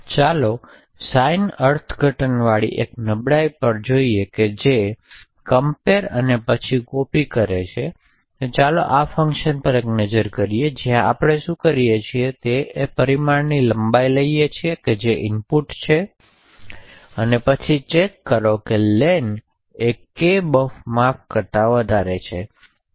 તેથી ચાલો સાઇન અર્થઘટનવાળી એક નબળાઈ જોઈએ જે કમપેર અને અને પછી કોપી કરે છે તેથી ચાલો આ ફંકશન પર એક નજર કરીએ જ્યાં આપણે શું કરીએ છીએ તે આપણે પરિમાણ લંબાઈ લઈએ છીએ જે ઇનપુટ છે પછી ચેક કરો કે len એ kbuf માપ કરતા વધારે છે